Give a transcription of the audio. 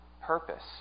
purpose